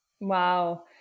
Wow